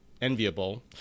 enviable